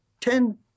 ten